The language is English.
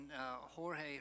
Jorge